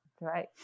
Right